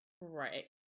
right